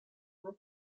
with